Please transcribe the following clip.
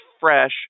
fresh